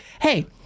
hey